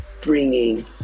bringing